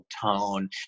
tone